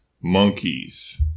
monkeys